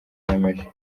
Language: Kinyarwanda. yiyemeje